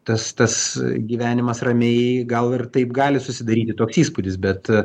tas tas gyvenimas ramiai gal ir taip gali susidaryti toks įspūdis bet